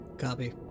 copy